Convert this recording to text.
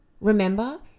Remember